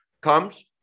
comes